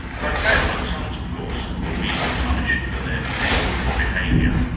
lycaon and sons, of course, were being punished for their bestial behaviour,